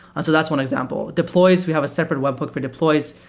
and so that's one example. deploys, we have a separate web hook for deploys,